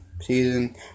season